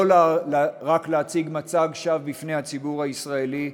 רק להציג מצג שווא בפני הציבור הישראלי,